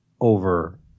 over